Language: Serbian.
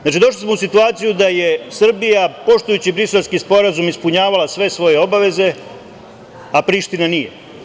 Znači, došli smo u situaciju da je Srbija, poštujući Briselski sporazum, ispunjavala sve svoje obaveze, a Priština nije.